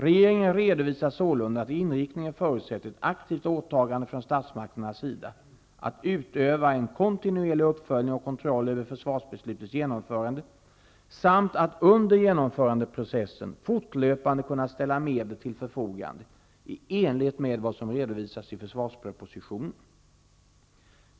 Regeringen redovisar sålunda att inriktningen förutsätter ett aktivt åtagande från statsmakternas sida att utöva en kontinuerlig uppföljning och kontroll över försvarsbeslutets genomförande samt att under genomförandeprocessen fortlöpande kunna ställa medel till förfogande i enlighet med vad som redovisas i försvarsbeslutspropositionen.